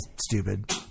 stupid